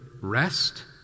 rest